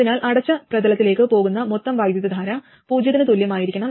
അതിനാൽ അടച്ച പ്രതലത്തിലേക്ക് പോകുന്ന മൊത്തം വൈദ്യുതധാര പൂജ്യത്തിന് തുല്യമായിരിക്കണം